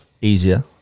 Easier